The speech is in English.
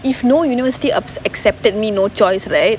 if no university ac~ accepted me no choice right